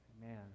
Man